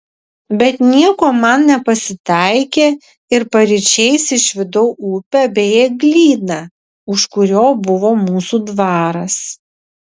bet nieko man nepasitaikė ir paryčiais išvydau upę bei eglyną už kurio buvo mūsų dvaras